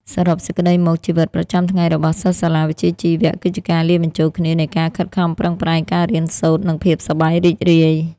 សរុបសេចក្តីមក ជីវិតប្រចាំថ្ងៃរបស់សិស្សសាលាវិជ្ជាជីវៈគឺជាការលាយបញ្ចូលគ្នានៃការខិតខំប្រឹងប្រែង ការរៀនសូត្រ និងភាពសប្បាយរីករាយ។